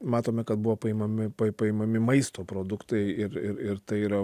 matome kad buvo paimami paimami maisto produktai ir ir ir tai yra